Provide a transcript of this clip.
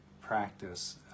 practice